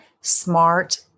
smart